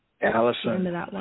Allison